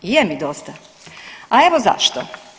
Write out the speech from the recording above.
Je mi dosta, a evo zašto?